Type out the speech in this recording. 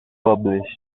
published